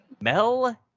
Mel